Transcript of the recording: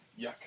yuck